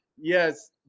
Yes